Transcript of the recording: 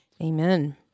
Amen